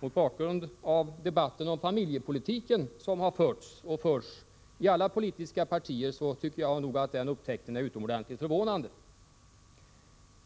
Mot bakgrund av debatten om familjepolitiken som förs och har förts i alla politiska partier är den upptäckten utomordentligt förvånande.